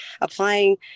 applying